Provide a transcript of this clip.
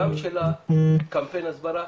גם של קמפיין ההסברה,